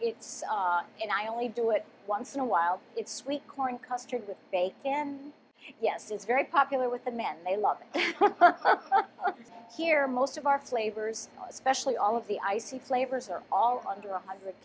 it's and i only do it once in a while it's sweet corn custard with bacon yes it's very popular with the men they love it here most of our flavors especially all of the icy flavors are all under one hundred